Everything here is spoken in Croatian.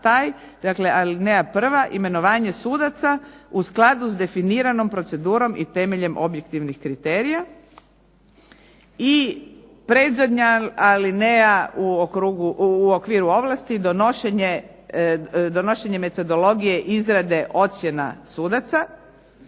Dakle, alineja prva, imenovanje sudaca u skladu s definiranom procedurom i temeljem objektivnih kriterija. I predzadnja alineja u okviru ovlasti donošenje metodologije izrade ocjena sudaca.